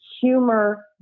humor